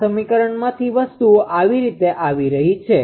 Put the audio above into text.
આ સમીકરણમાંથી વસ્તુઓ આ રીતે આવી રહી છે